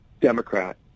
Democrat